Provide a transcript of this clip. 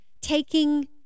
taking